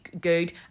good